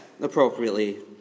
appropriately